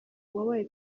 wabaye